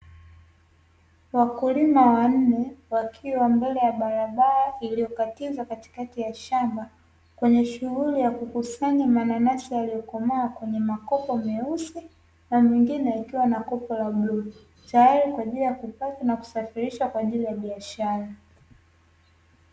Wakulima wanne wakiwa mbele ya barabara iliyokatiza katikati ya shamba, kwenye shughuli ya kukusanya mananasi yaliyokomaa kwenye makopo meusi na mingine ikiwa na kopo la bluu, tayari kwa ajikli ya kupaki na kusafirisha kwa ajili ya biashara.